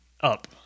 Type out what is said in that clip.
Up